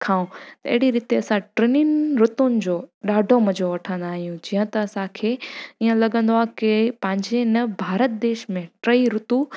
खाऊं अहिड़ी रीति असां टिनिनि रूतुनि जो ॾाढो मज़ो वठंदा आहियूं जीअं त असांखे इहा लॻंदो आहे की पंहिंजे इन भारत देश में टेई रूतूं